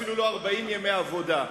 אפילו לא 40 ימי עבודה.